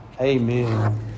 Amen